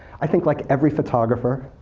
i think like every photographer,